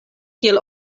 kiel